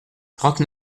trente